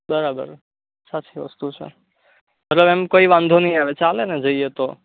બરાબર સાચી વસ્તુ છે મતલબ એમ કોઈ વાંધો નહીં આવે ચાલેને જઈએ તો